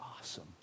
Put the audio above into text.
awesome